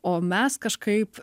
o mes kažkaip